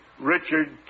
Richard